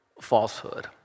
falsehood